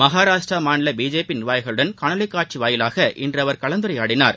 மகாராஷ்டிர மாநில பிஜேபி நீர்வாகிகளுடன் காணொலி காட்சி வாயிலாக இன்று அவர் கலந்துரையாடினார்